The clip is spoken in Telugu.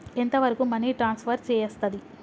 ఎంత వరకు మనీ ట్రాన్స్ఫర్ చేయస్తది?